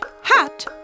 hat